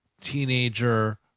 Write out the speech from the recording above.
teenager